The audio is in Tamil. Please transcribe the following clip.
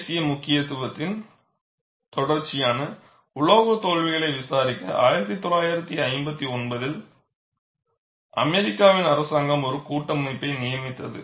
தேசிய முக்கியத்துவத்தின் தொடர்ச்சியான உலோக தோல்விகளை விசாரிக்க 1959 ஆம் ஆண்டில் அமெரிக்காவின் அரசாங்கம் ஒரு கூட்டமைப்பை நியமித்தது